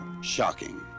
shocking